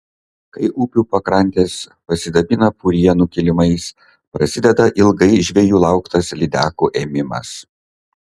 kai upių pakrantės pasidabina purienų kilimais prasideda ilgai žvejų lauktas lydekų ėmimas